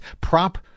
Prop